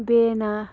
B ꯑꯦꯅ